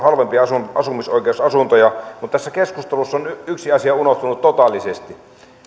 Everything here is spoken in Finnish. halvempia vuokra ja asumisoi keusasuntoja mutta tässä keskustelussa on yksi asia unohtunut totaalisesti